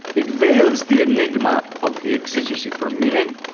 it veils the enigma of the exiguousy for meaning,